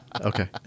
Okay